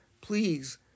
please